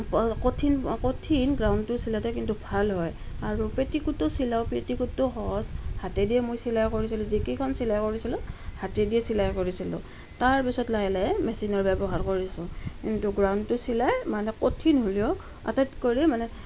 কঠিন কঠিন গ্ৰাউনটো চিলাওঁতে কিন্তু ভাল হয় আৰু পেটিকোটো চিলাওঁ পেটিকোটো সহজ হাতেদিয়ে মই চিলাই কৰিছিলোঁ যি কেইখন চিলাই কৰিছিলোঁ হাতেদিয়েই চিলাই কৰিছিলোঁ তাৰপিছত লাহে লাহে মেচিনৰ ব্যৱহাৰ কৰিছিলোঁ কিন্তু গ্ৰাউনটো চিলাই মানে কঠিন হ'লেও আটাইতকৈ মানে